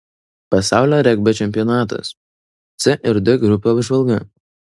pasaulio regbio čempionatas c ir d grupių apžvalga